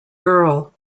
girl